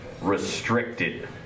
restricted